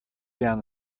down